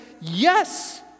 yes